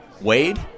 Wade